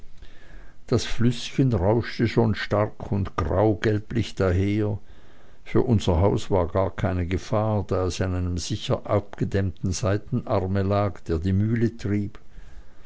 das flüßchen rauschte schon stark und graugelblich daher für unser haus war gar keine gefahr da es an einem sicher abgedämmten seitenarme lag der die mühle trieb